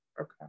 Okay